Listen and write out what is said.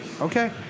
Okay